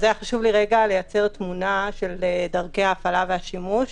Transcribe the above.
לייצר תמונה של דרכי ההפעלה והשימוש.